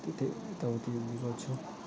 त्यतै यता उति हिँड्ने गर्छौँ